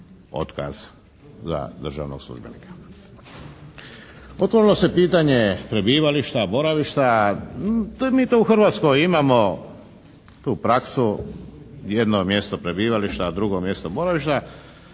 Otvorilo se pitanje prebivališta, boravišta, mi to u Hrvatskoj imamo tu praksu jedno mjesto prebivališta, a drugo mjesto boravišta.